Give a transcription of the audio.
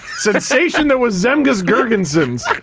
sensation that was zemgus girgensons.